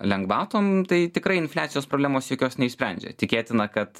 lengvatom tai tikrai infliacijos problemos jokios neišsprendžia tikėtina kad